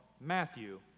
Matthew